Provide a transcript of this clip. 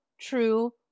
true